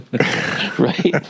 Right